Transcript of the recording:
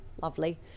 lovely